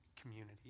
community